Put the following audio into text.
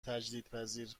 تجدیدپذیر